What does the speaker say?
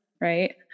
right